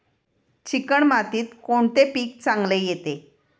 Chicken मातीत कोणते पीक चांगले येते?